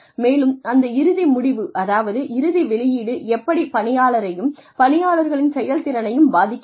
மேலும் அந்த இறுதி முடிவு அதாவது இறுதி வெளியீடு எப்படி பணியாளரையும் பணியாளர்களின் செயல்திறனையும் பாதிக்கிறது